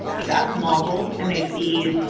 so that's modeled. and they see,